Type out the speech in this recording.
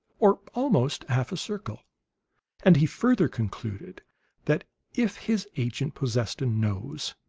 or almost half a circle and he further concluded that if his agent possessed a nose,